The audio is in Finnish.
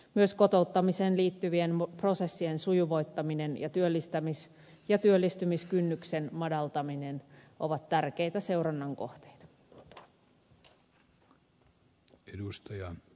myös kotouttamiseen liittyvien prosessien sujuvoittaminen ja työllistymiskynnyksen madaltaminen ovat tärkeitä seurannan kohteita